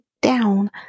down